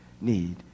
need